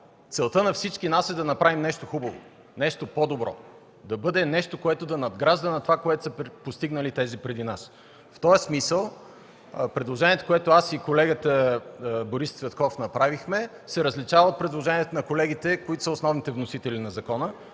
целта на всички нас е да направим нещо хубаво, нещо по-добро – да бъде нещо, което да надгражда над това, което са постигнали тези преди нас. В този смисъл предложението, което аз и колегата Борис Цветков направихме, се различава от предложението на колегите, които са основните вносители на закона.